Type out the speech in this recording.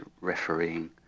refereeing